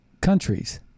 countries